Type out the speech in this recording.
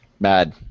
Bad